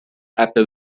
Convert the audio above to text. after